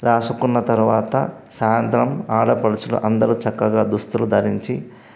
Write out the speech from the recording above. రాసుకున్న తరువాత సాయంత్రం ఆడపడుచులు అందరూ చక్కగా దుస్తులు ధరించి